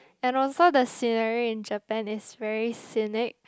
and also the scenery in Japan is very scenic